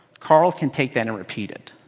carl can take that and repeat it.